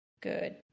good